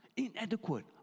Inadequate